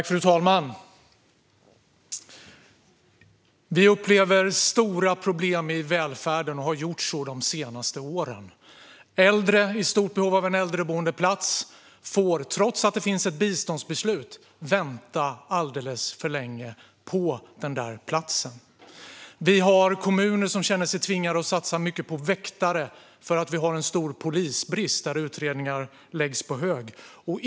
Fru talman! Vi upplever stora problem i välfärden och har gjort så de senaste åren. Äldre i stort behov av en äldreboendeplats får, trots att det finns ett biståndsbeslut, vänta alldeles för länge på den platsen. Vi har kommuner som känner sig tvingade att satsa mycket på väktare för att vi har stor polisbrist som gör att utredningar läggs på hög.